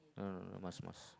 no no no no must must